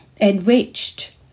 enriched